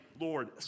Lord